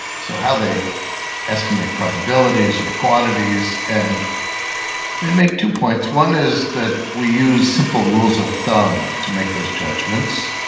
so how they estimate probabilities or quantities. and they make two points, one is that we use simple rules of thumb to make those judgements.